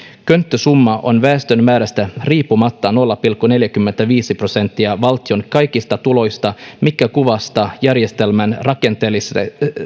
könttäsumma on väestön määrästä riippumatta nolla pilkku neljäkymmentäviisi prosenttia valtion kaikista tuloista mikä kuvastaa järjestelmän rakenteellista